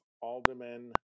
Alderman